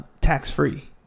tax-free